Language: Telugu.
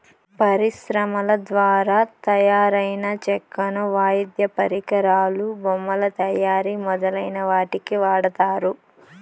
పరిశ్రమల ద్వారా తయారైన చెక్కను వాయిద్య పరికరాలు, బొమ్మల తయారీ మొదలైన వాటికి వాడతారు